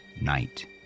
night